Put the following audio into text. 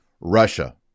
Russia